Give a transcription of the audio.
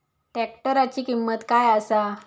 ट्रॅक्टराची किंमत काय आसा?